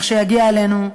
לכשיגיע אלינו,